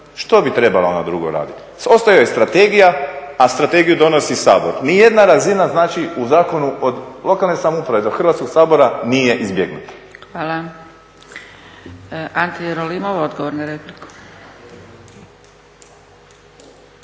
Što bi trebala ona drugo raditi? Ostaje joj strategija, a strategiju donosi Sabor. Nijedna razina znači u zakonu od lokalne samouprave do Hrvatskog sabora nije izbjegnuta. **Zgrebec, Dragica (SDP)** Hvala. Ante Jerolimov, odgovor na repliku.